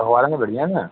अखबारां ते बड़ियां न